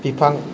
बिफां